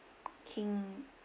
king